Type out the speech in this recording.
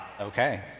Okay